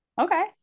Okay